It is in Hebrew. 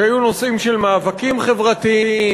שהיו נושאים של מאבקים חברתיים.